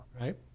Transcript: right